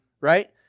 Right